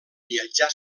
viatjà